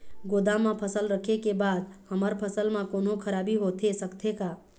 गोदाम मा फसल रखें के बाद हमर फसल मा कोन्हों खराबी होथे सकथे का?